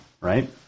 right